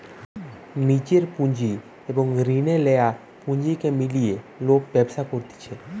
নিজের পুঁজি এবং রিনা লেয়া পুঁজিকে মিলিয়ে লোক ব্যবসা করতিছে